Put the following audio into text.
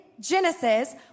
Genesis